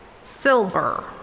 silver